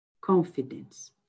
Confidence